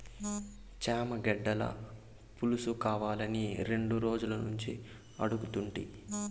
చేమగడ్డల పులుసుకావాలని రెండు రోజులనుంచి అడుగుతుంటి